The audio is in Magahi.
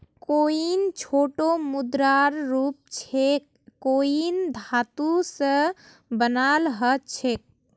कॉइन छोटो मुद्रार रूप छेक कॉइन धातु स बनाल ह छेक